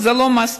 וזה לא מספיק.